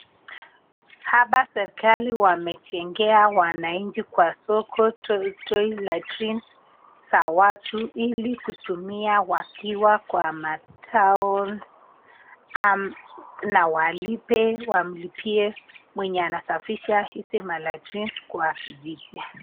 Hapa serikali wamejengea wananchi kwa soko toilet latrines za watu ili kutumia wakiwa kwa matowns na walipie mwenye anasafisha hizi malatrines kwa kijiji.